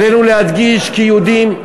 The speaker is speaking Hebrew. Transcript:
עלינו להדגיש כי יהודים,